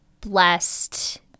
blessed